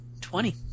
Twenty